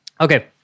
Okay